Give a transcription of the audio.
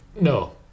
No